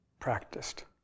practiced